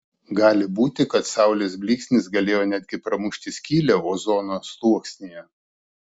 gali būti kad saulės blyksnis galėjo netgi pramušti skylę ozono sluoksnyje